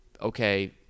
okay